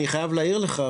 אני חייב להעיר לך,